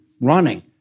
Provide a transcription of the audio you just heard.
running